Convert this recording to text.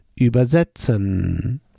übersetzen